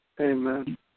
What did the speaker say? Amen